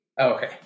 Okay